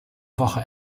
woche